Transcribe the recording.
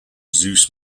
zeus